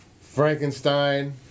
Frankenstein